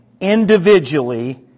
individually